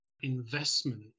investment